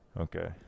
Okay